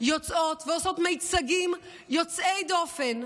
יוצאות ועושות מיצגים יוצאי דופן,